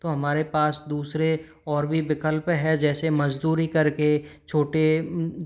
तो हमारे पास दूसरे और भी विकल्प हैं जैसे मज़दूरी कर के छोटे